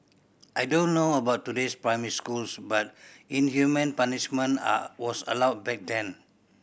I don't know about today's primary schools but inhumane punishment are was allowed back then